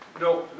No